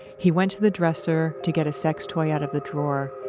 he went to the dresser to get a sex toy out of the drawer,